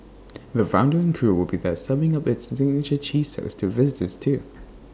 the founder and crew will be there serving up its signature cheese toast to visitors too